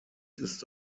ist